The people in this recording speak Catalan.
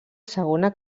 segona